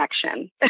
connection